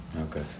Okay